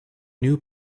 new